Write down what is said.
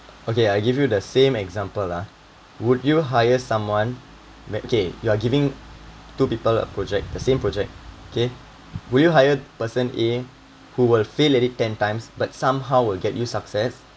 okay I give you the same example lah would you hire someone okay you are giving two people a project the same project okay would you hire person a who will fail at it ten times but somehow will get you success